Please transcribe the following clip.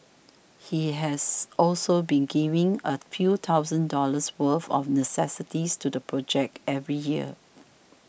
he has also been giving a few thousand dollars worth of necessities to the project every year